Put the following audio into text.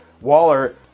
Waller